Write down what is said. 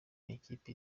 n’ikipe